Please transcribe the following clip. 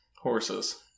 Horses